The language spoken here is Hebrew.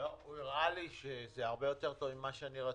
הוא הראה לי שזה הרבה יותר טוב ממה שרציתי.